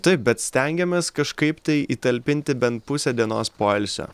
taip bet stengiamės kažkaip tai įtalpinti bent pusę dienos poilsio